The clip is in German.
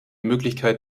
möglichkeit